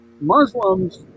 Muslims